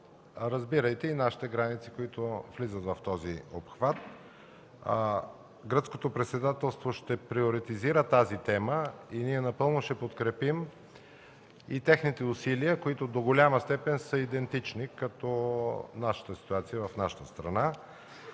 разбирайте и нашите граници, които влизат в този обхват. Гръцкото председателство ще приоритизира тази тема и ние напълно ще подкрепим техните усилия, които до голяма степен са идентични със ситуацията в нашата страна.